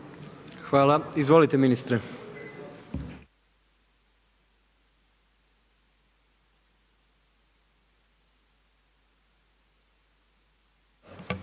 Hvala. Izvolite ministre.